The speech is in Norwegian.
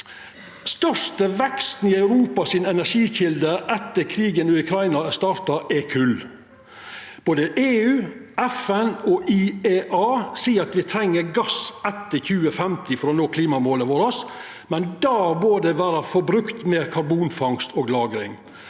største veksten i Europas energikjelder etter at krigen i Ukraina starta, er i kol. Både EU, FN og IEA seier at me treng gass etter 2050 for å nå klimamåla våre, men då må det vera forbrukt med karbonfangst og -lagring.